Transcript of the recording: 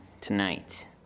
tonight